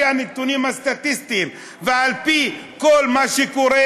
הנתונים הסטטיסטיים ועל פי כל מה שקורה,